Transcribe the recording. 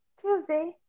Tuesday